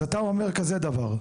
אז אתה אומר כזה דבר,